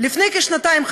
לפני כשנתיים,